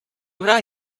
what